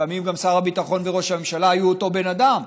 לפעמים גם שר הביטחון וראש הממשלה היו אותו בן אדם,